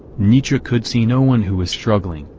nietzsche could see no one who was struggling,